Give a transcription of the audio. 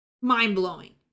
mind-blowing